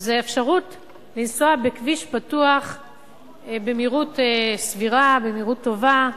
זה לנסוע בכביש פתוח במהירות סבירה, מהירות טובה,